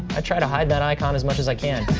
i try to hide that icon as much as i can.